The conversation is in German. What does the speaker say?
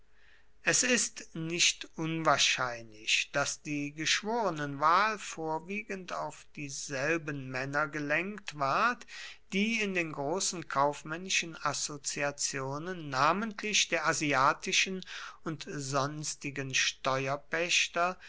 es ist nicht unwahrscheinlich daß die geschworenenwahl vorwiegend auf dieselben männer gelenkt ward die in den großen kaufmännischen assoziationen namentlich der asiatischen und sonstigen